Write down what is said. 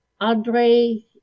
Andre